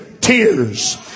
tears